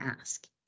ask